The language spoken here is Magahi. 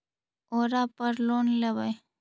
ओरापर लोन लेवै?